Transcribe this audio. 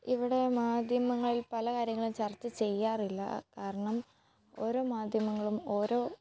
ഇവിടെ മാധ്യമങ്ങൾ പല കാര്യങ്ങളും ചർച്ച ചെയ്യാറില്ല കാരണം ഓരോ മാധ്യമങ്ങളും ഓരോ